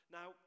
Now